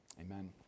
Amen